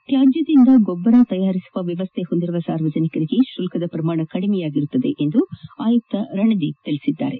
ತ್ಯಾಜ್ಯದಿಂದ ಗೊಬ್ಬರ ತಯಾರಿಸುವ ವ್ಯವಸ್ಥೆ ಹೊಂದಿರುವ ಸಾರ್ವಜನಿಕರಿಗೆ ಶುಲ್ಕದ ಪ್ರಮಾಣ ಕಡಿಮೆಯಾಗಿರುತ್ತದೆ ಎಂದು ವಿಶೇಷ ಆಯುಕ್ತ ರಣದೀಪ್ ತಿಳಿಸಿದ್ದಾರೆ